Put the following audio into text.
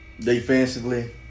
Defensively